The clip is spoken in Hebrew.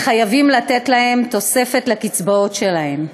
וחייבים לתת להן תוספת לקצבאות שלהן,